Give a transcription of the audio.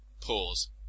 Pause